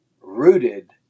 rooted